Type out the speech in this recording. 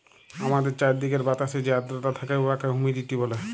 আমাদের চাইরদিকের বাতাসে যে আদ্রতা থ্যাকে উয়াকে হুমিডিটি ব্যলে